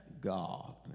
God